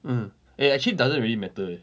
mm eh actually doesn't really matter leh